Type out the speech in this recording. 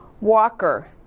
Walker